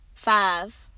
Five